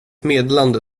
meddelande